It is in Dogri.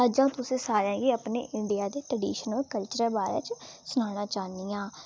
अज्ज अं'ऊ तुसें सारें गी अपने इंडिया दे ट्रेडिशनल कल्चरल दे बारै च सनाना चाह्न्नी आं